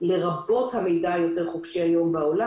לרבות המידע היותר חופשי שיש היום בעולם,